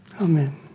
Amen